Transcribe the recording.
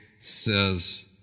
says